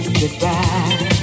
goodbye